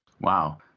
Wow